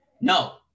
No